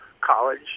college